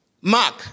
Mark